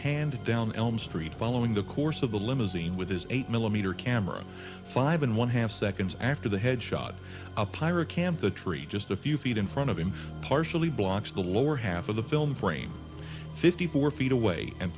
panned down elm street following the course of the limousine with his eight millimeter camera five and one half seconds after the head shot a pirate camp the tree just a few feet in front of him partially blocks the lower half of the film frame fifty four feet away and